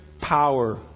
power